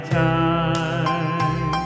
time